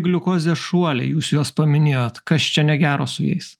gliukozės šuoliai jūs juos paminėjot kas čia negero su jais